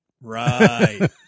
right